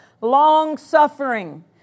long-suffering